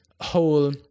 whole